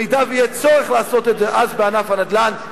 אם יהיה צורך לעשות את זה אז בענף הנדל"ן,